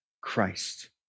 Christ